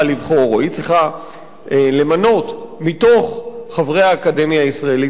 היא צריכה למנות מתוך חברי האקדמיה הישראלית למדעים,